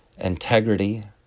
integrity